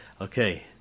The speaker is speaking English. okay